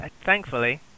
thankfully